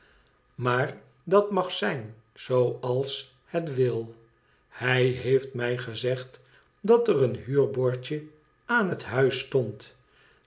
maar dat mag zijn zooals het wil hij heeft mij gezegd dat er een huurbord je aan het huis stond